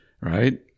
right